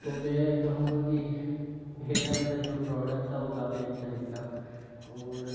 तो मैं कहूँगा कि पहला मेरा जो प्रोडक्ट था वो काफ़ी अच्छा निकला और